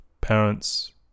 parents